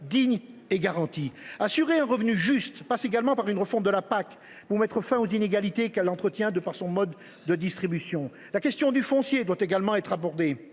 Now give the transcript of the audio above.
digne et garanti ! Assurer un revenu juste passe également par une refonte de la PAC pour mettre fin aux inégalités qu’elle entretient de par son mode de distribution. La question du foncier doit également être abordée